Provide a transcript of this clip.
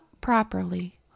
properly